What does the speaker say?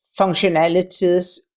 functionalities